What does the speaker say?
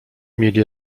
mieli